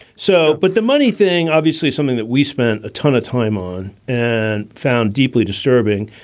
so but the money thing, obviously something that we spent a ton of time on and found deeply disturbing.